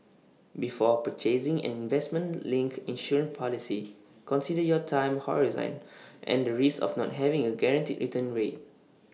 before purchasing an investment linked insurance policy consider your time horizon and the risks of not having A guaranteed return rate